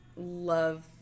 love